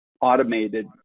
automated